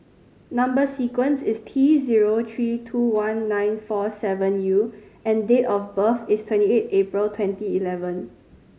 number sequence is T zero three two one nine four seven U and date of birth is twenty eight April twenty eleven